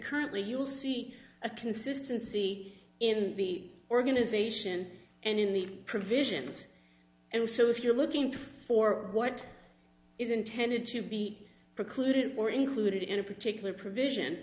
currently you'll see a consistency in the organization and in the provisions and so if you're looking for what is intended to be precluded or included in a particular provision